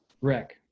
wreck